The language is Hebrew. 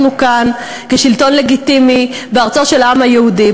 אנחנו כאן כשלטון לגיטימי בארצו של העם היהודי.